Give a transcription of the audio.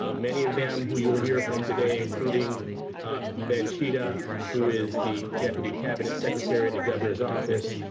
ah many of them who you will hear from today including ben chida who is the deputy cabinet secretary in the governor's office.